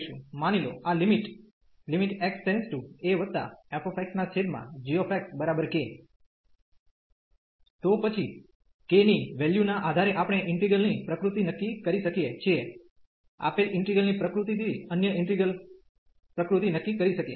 માની લો આ લિમિટ fxgxk તો પછી k ના વલ્યુ ના આધારે આપણે ઈન્ટિગ્રલ ની પ્રકૃતિ નક્કી કરી શકીયે છીએ આપેલ ઈન્ટિગ્રલ ની પ્રકૃતિ થી અન્ય ઈન્ટિગ્રલ પ્રકૃતિ નક્કી કરી શકીએ